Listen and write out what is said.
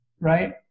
Right